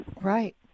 Right